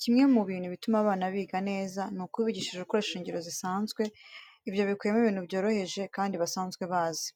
Kimwe mu bintu bituma abana biga neza, ni ukubigisha ukoresheje ingero zisanzwe. Ibyo bikubiyemo ibintu byoroheje kandi basanzwe bazi.